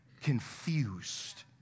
confused